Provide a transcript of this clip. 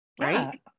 right